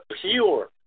pure